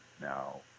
now